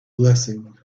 blessing